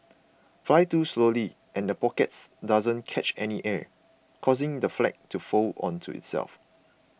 fly too slowly and the pockets doesn't catch any air causing the flag to fold onto itself